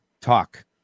talk